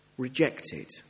rejected